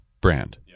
brand